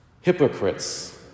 Hypocrites